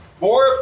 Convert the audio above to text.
more